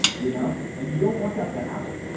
you know and you don't want that to happen.